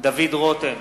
דוד רותם,